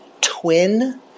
twin